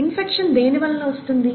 infection దేని వలన వస్తుంది